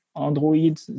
Android